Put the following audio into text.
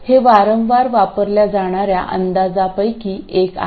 हे वारंवार वापरल्या जाणार्या अंदाजे पैकी एक आहे